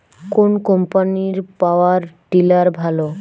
কোন কম্পানির power tiller ভালো?